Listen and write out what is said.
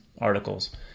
articles